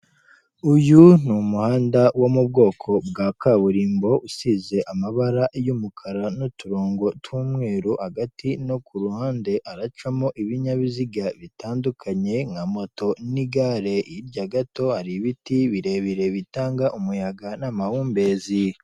Uyu ni umuhanda wo mu bwoko bwa kaburimbo, usize amabara y'umukara, n'uturongo tw'umweru hagati, no ku ruhande aracamo ibinyabiziga bitandukanye, nka moto, n'igare, hirya gato hari ibiti birebire, bitanga umuyaga, n'amahumbezi.